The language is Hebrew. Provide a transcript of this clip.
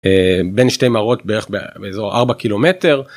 בין שתי מערות בערך באזור 4 קילומטר.